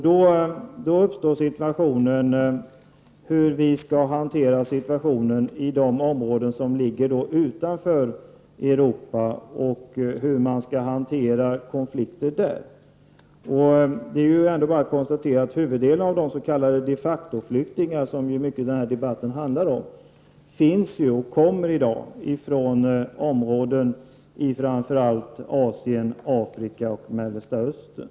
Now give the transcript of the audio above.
Då uppstår problemet hur vi skall hantera situationen i de områden som ligger utanför Europa och hur man skall hantera konflikter där. Det är bara att konstatera att huvuddelen av de s.k. de facto-flyktingar, som denna debatt i mycket handlar om i dag, finns och kommer ifrån områden i framför allt Asien, Afrika och Mellersta Östern.